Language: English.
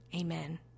Amen